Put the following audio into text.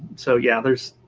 so yeah, there's